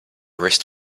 wrist